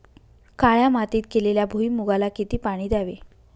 काळ्या मातीत केलेल्या भुईमूगाला किती पाणी द्यावे?